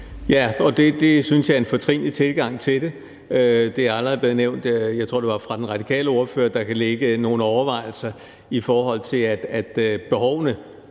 Ja, og det synes jeg er en fortrinlig tilgang til det. Det er allerede blevet nævnt – jeg tror, det var af den radikale ordfører – at der kan ligge nogle overvejelser, i forhold til at behovene